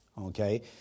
Okay